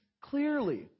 clearly